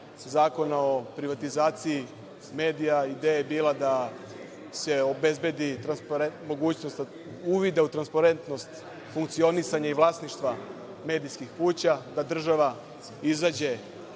Zakona o privatizaciji medija ideja je bila da se obezbedi mogućnost uvida u transparentnost funkcionisanja i vlasništva medijskih kuća, da država izađe